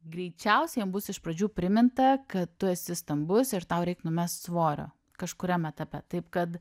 greičiausiai jam bus iš pradžių priminta kad tu esi stambus ir tau reik numest svorio kažkuriam etape taip kad